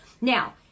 Now